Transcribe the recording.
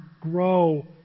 Grow